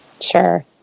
Sure